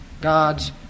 God's